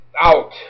Out